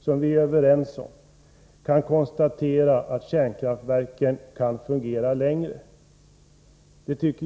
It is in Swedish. som vi är överens om — kan konstatera att kärnkraftverken kan fungera längre tid.